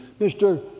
Mr